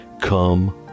come